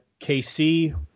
KC